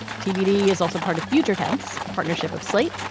tbd is also part of future tense partnership of slate,